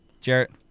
Jarrett